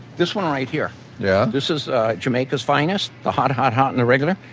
this one right here yeah? this is jamaica's finest. the hot, hot, hot and the regular.